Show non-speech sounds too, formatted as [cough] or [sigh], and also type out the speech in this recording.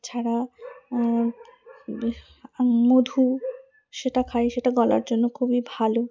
এছাড়া [unintelligible] মধু সেটা খাই সেটা গলার জন্য খুবই ভালো